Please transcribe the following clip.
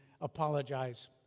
apologize